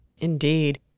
Indeed